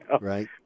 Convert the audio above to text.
Right